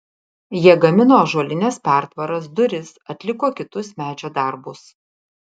jie gamino ąžuolines pertvaras duris atliko kitus medžio darbus